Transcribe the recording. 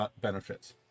benefits